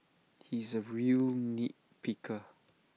he is A real nit picker